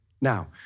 Now